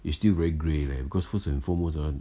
it's still very grey leh because first and foremost ah